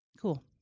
cool